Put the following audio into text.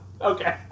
Okay